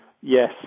yes